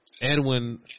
Edwin